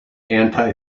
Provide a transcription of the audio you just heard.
anti